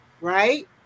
Right